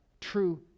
true